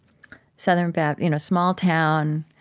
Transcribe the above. southern baptist, small town,